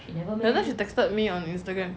she texted me on Instagram